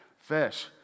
Fish